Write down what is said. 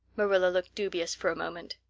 marilla looked dubious for a moment.